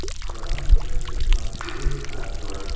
so i am going to try and this password,